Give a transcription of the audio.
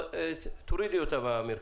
תורידי אותה מהמרקע.